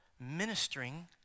ministering